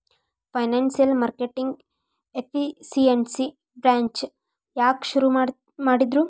Financial marketing efficiency branch ಯಾಕ್ ಶುರು ಮಾಡಿದ್ರು?